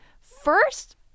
first